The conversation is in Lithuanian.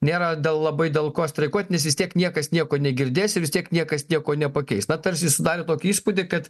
nėra dėl labai dėl ko streikuoti nes vis tiek niekas nieko negirdės ir vis tiek niekas nieko nepakeis na tarsi sudarė tokį įspūdį kad